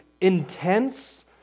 intense